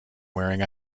wearing